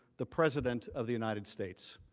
the president of the united states.